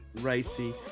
racy